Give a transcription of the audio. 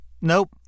Nope